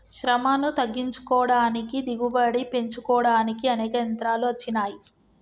శ్రమను తగ్గించుకోడానికి దిగుబడి పెంచుకోడానికి అనేక యంత్రాలు అచ్చినాయి